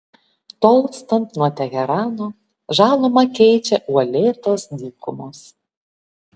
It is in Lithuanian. tolstant nuo teherano žalumą keičią uolėtos dykumos